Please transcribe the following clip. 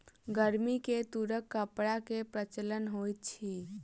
गर्मी में तूरक कपड़ा के प्रचलन होइत अछि